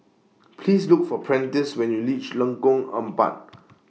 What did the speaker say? Please Look For Prentice when YOU REACH Lengkong Empat